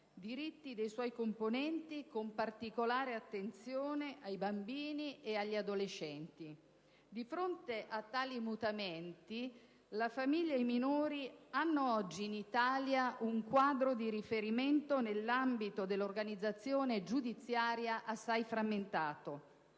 diritti dei suoi componenti, con particolare attenzione ai bambini e agli adolescenti. Di fronte a tali mutamenti la famiglia e i minori hanno oggi in Italia un quadro di riferimento nell'ambito dell'organizzazione giudiziaria assai frammentato.